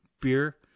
beer